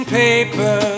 paper